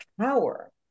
power